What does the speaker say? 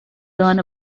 learn